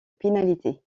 pénalités